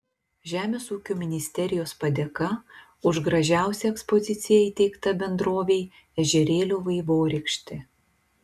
žemės ūkio ministerijos padėka už gražiausią ekspoziciją įteikta bendrovei ežerėlio vaivorykštė